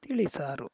ತಿಳಿಸಾರು